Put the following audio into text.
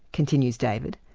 continues david,